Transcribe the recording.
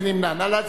מי נמנע?